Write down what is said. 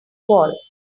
wall